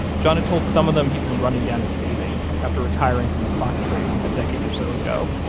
john had told some of them he'd been running down his savings after retiring from the clock trade, a decade or so ago.